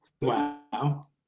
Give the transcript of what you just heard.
Wow